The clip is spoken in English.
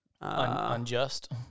Unjust